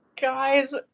Guys